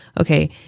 Okay